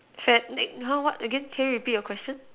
sad next !huh! what again can you repeat your question